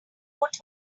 put